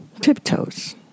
Tiptoes